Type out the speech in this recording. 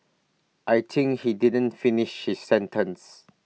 I think he didn't finish his sentence